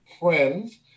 friends